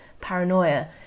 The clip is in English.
paranoia